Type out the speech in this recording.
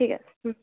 ঠিক আছে হুম